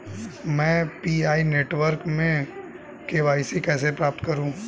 मैं PI network में KYC कैसे प्राप्त करूँ?